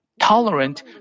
tolerant